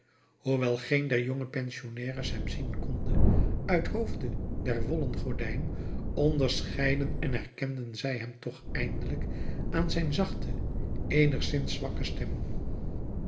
hoewel geen der jonge pensionnaires hem zien konde uithoofde der wollen gordijn onderscheidden en herkenden zij hem toch eindelijk aan zijn zachte eenigszins zwakke stem